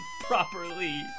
properly